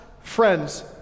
friends